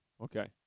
Okay